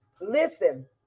listen